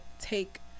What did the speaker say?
take